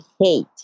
hate